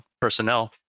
personnel